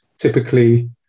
typically